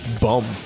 bum